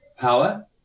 power